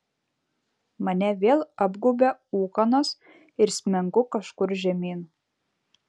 mane vėl apgaubia ūkanos ir smengu kažkur žemyn